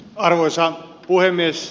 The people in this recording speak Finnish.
arvoisa puhemies